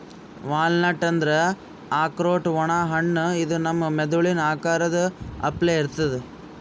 walnut ಅಂದ್ರ ಆಕ್ರೋಟ್ ಒಣ ಹಣ್ಣ ಇದು ನಮ್ ಮೆದಳಿನ್ ಆಕಾರದ್ ಅಪ್ಲೆ ಇರ್ತದ್